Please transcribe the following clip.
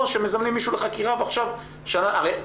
או שמזמנים מישהו לחקירה ועכשיו הזמן ממשיך.